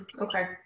Okay